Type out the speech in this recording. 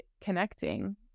connecting